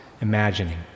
imagining